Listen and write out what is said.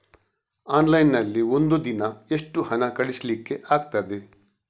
Online ನಲ್ಲಿ ಒಂದು ದಿನ ಎಷ್ಟು ಹಣ ಕಳಿಸ್ಲಿಕ್ಕೆ ಆಗ್ತದೆ?